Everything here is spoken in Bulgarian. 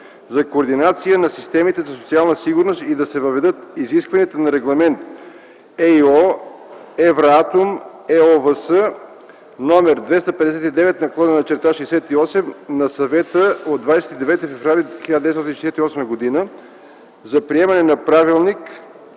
за координация на системите за социална сигурност и да се въведат изискванията на Регламент (ЕИО, Евратом, ЕОВС) № 259/68 на Съвета от 29 февруари 1968 г. за приемане на Правилник